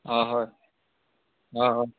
অঁ হয় অঁ অঁ